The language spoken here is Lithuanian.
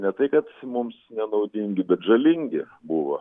ne tai kad mums nenaudingi bet žalingi buvo